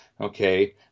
okay